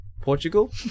Portugal